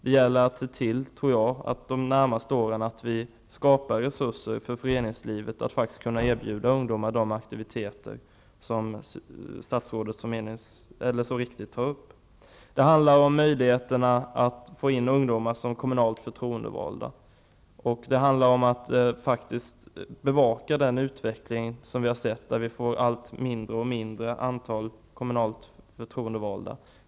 Det gäller att se till att vi de närmaste åren skapar resurser för föreningslivet att kunna erbjuda ungdomar de aktiviteter som statsrådet så riktigt framhöll. Det handlar om möjligheterna att få in ungdomar som kommunalt förtroendevalda. Vi måste bevaka den utveckling som skett där ett allt mindre antal ungdomar är kommunalt förtroendevalde.